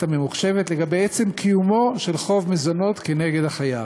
הממוחשבת לגבי עצם קיומו של חוב מזונות נגד החייב.